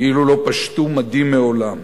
כאילו לא פשטו מדים מעולם.